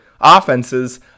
offenses